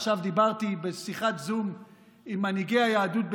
עכשיו דיברתי בשיחת זום עם מנהיגי היהדות באירלנד,